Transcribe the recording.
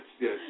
yes